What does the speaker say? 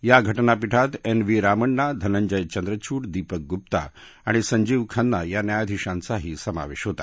या घटनापीठात N V Ramana Dhananjaya Chandrachud Deepak Gupta आणि संजीव खन्ना या न्यायाधीशांचाही समावेश होता